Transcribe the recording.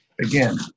again